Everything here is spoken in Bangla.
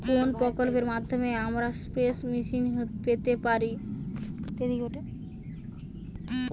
কোন প্রকল্পের মাধ্যমে আমরা স্প্রে মেশিন পেতে পারি?